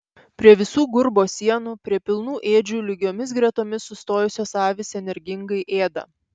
prie visų gurbo sienų prie pilnų ėdžių lygiomis gretomis sustojusios avys energingai ėda